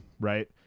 Right